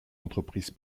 entreprise